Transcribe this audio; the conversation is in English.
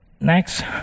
Next